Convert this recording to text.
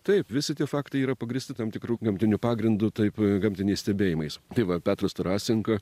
taip visi tie faktai yra pagrįsti tam tikru gamtiniu pagrindu taip gamtiniais stebėjimais tai va petras tarasenka